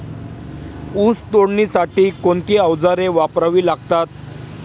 ऊस तोडणीसाठी कोणती अवजारे वापरावी लागतात?